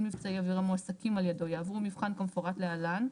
מבצעי אוויר המועסקים על ידו יעברו מבחן כמפורט להלן,